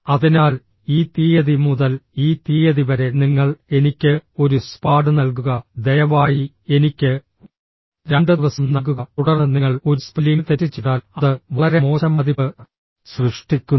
അതിനാൽ ഈ തീയതി മുതൽ ഈ തീയതി വരെ നിങ്ങൾ എനിക്ക് ഒരു സ്പാഡ് നൽകുക ദയവായി എനിക്ക് രണ്ട് ദിവസം നൽകുക തുടർന്ന് നിങ്ങൾ ഒരു സ്പെല്ലിംഗ് തെറ്റ് ചെയ്താൽ അത് വളരെ മോശം മതിപ്പ് സൃഷ്ടിക്കുന്നു